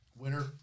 Winner